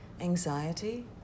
anxiety